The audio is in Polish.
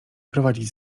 prowadzić